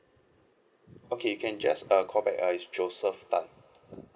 okay you can just err callback err it's joseph tan